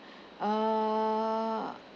uh